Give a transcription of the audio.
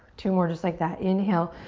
two more just like that. inhale,